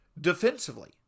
defensively